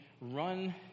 run